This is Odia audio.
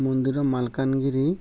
ମନ୍ଦିର ମାଲକାନଗିରି